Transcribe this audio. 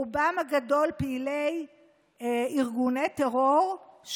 רובם הגדול פעילי ארגוני טרור,